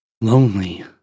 lonely